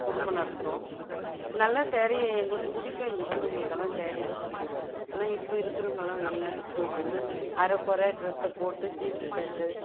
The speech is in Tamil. குடும்ப நடத்துகிறோம் நல்ல ஸாரியை எங்களுக்கு பிடிக்கும் இங்கக்கிறவங்களுக்கெல்லாம் ஸாரி தான் பிடிக்கும் ஆனால் இப்போ இருக்கிறவங்கல்லாம் வெளிநாட்டுக்கு போயிட்டு வந்து அரை குறை ட்ரஸ்ஸை போட்டு ஜீன்ஸ் பேண்ட்டு